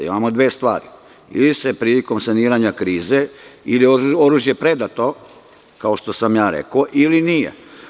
Imamo sada dve stvari: ili je prilikom saniranja krize oružje predato, kao što sam ja rekao, ili nije.